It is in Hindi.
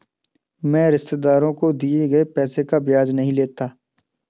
मैं रिश्तेदारों को दिए गए पैसे का ब्याज नहीं लेता